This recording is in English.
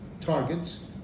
targets